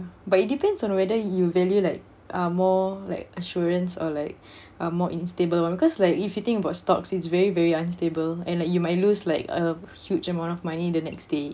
but it depends on whether you value like uh more like assurance or like uh more in stable or because like if you think about stocks it's very very unstable and like you might lose like a huge amount of money the next day